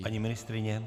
Paní ministryně?